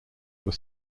were